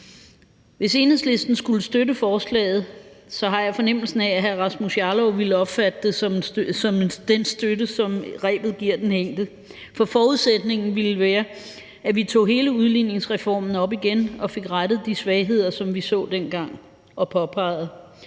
Hvis Enhedslisten skulle støtte forslaget, så har jeg fornemmelsen af, at hr. Rasmus Jarlov ville opfatte det som den støtte, som rebet giver den hængte, for forudsætningen ville være, at vi tog hele udligningsreformen op igen og fik rettet de svagheder, som vi så og påpegede